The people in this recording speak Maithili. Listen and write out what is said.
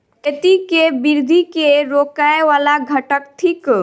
खेती केँ वृद्धि केँ रोकय वला घटक थिक?